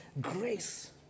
grace